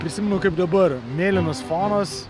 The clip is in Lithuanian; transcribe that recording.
prisimenu kaip dabar mėlynas fonas